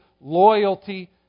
loyalty